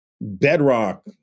bedrock